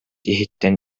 иһиттэн